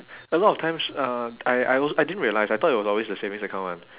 a lot of times uh I I also I didn't realise I thought it was always the savings account [one]